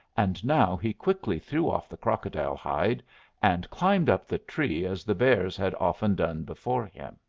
and now he quickly threw off the crocodile hide and climbed up the tree as the bears had often done before him.